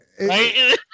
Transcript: Right